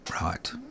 Right